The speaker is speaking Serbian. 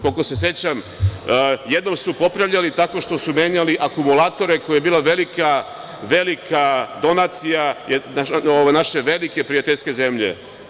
Koliko se sećam, jednom su popravljali tako što su menjali akumulatore, a to je bila velika donacija naše velike prijateljske zemlje.